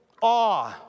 awe